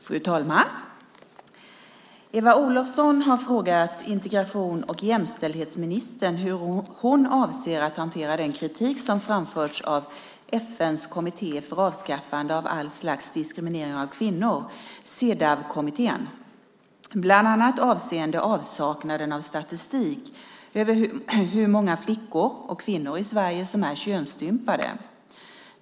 Fru talman! Eva Olofsson har frågat integrations och jämställdhetsministern hur hon avser att hantera den kritik som framförts av FN:s kommitté för avskaffande av all slags diskriminering av kvinnor, Cedawkommittén, bland annat avseende avsaknaden av statistik över hur många flickor och kvinnor i Sverige som är könsstympade.